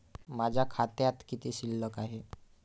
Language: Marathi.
माझ्या खात्यात किती शिल्लक आहे?